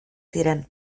ziren